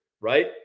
right